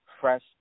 fresh